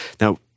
now